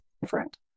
different